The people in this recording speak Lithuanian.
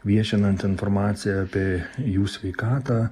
viešinant informaciją apie jų sveikatą